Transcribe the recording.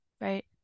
right